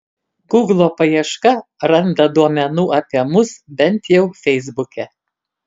guglo paieška randa duomenų apie mus bent jau feisbuke